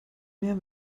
mehr